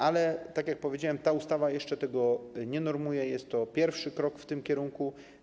Ale tak jak powiedziałem, ta ustawa jeszcze tego nie normuje, jest to pierwszy krok w tym kierunku.